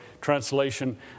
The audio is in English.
translation